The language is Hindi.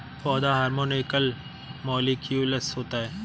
पौधा हार्मोन एकल मौलिक्यूलस होता है